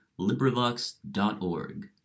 LibriVox.org